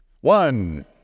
One